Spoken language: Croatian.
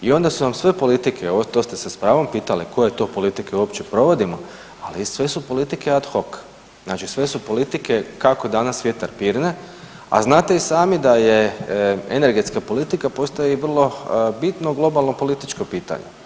I onda su vam sve politike, to ste se s pravom pitali koje to politike uopće provodimo, ali sve su politike ad hoc, znači sve su politike kako danas vjetar pirne, a znate i sami da je energetska politika postaje i vrlo bitno globalno političko pitanje.